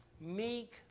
meek